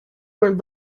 were